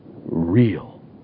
real